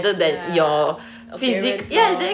ya appearance all